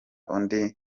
undi